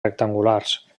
rectangulars